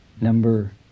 number